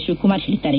ಶಿವಕುಮಾರ್ ಹೇಳಿದ್ದಾರೆ